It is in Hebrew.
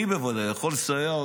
אני בוודאי יכול לסייע,